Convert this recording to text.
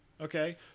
Okay